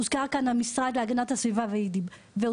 הוזכר כאן משרד להגנת הסביבה והוזכר